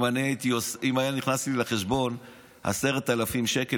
אם היו נכנסים לי לחשבון 10,000 שקל,